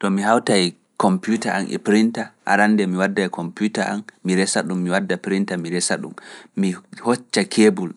To mi hawta e kompyuta an e printa, arande mi wadda e kompyuta an, mi resa ɗum, mi wadda printa, mi resa ɗum, mi hocca kebul,